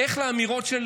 איך לאמירות של